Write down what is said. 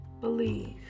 believe